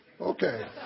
Okay